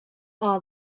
are